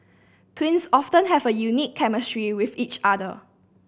twins often have a unique chemistry with each other